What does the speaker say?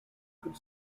could